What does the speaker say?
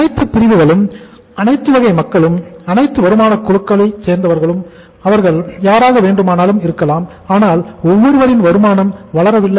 அனைத்து பிரிவுகளும் அனைத்து வகை மக்களும் அனைத்து வருமான குழுக்களைச் சேர்ந்தவர்கள் இருக்கலாம் ஆனால் ஒவ்வொருவரின் வருமானம் வளரவில்லை